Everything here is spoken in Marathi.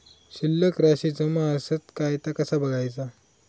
शिल्लक राशी जमा आसत काय ता कसा बगायचा?